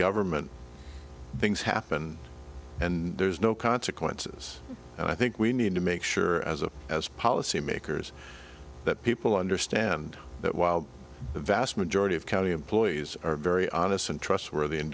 government things happen and there's no consequences and i think we need to make sure as a as policy makers that people understand that while the vast majority of county employees are very honest and trustworthy